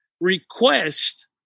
request